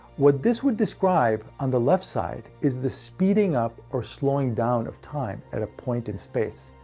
what this would describe on the left side, is the speeding up or slowing down of time at a point in space.